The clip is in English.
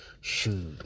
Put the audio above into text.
Shoot